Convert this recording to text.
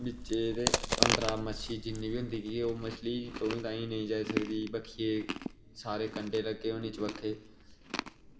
बिच्चै ई ते अंदरा ओह् जिन्नी बी होंदी मच्छी ताहीं तुआहीं नेईं जाई सकदी बक्खियै ई सारे कंडे लग्गे दे होने चबक्खै